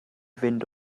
fynd